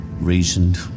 reasoned